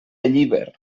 llíber